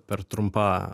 per trumpa